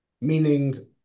meaning